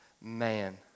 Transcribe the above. man